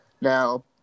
Now